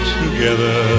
together